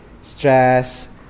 stress